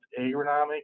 agronomic